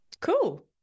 cool